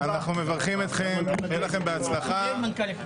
מאחלים הצלחה רבה,